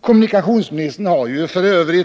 Kommunikationsministern har ju f.ö.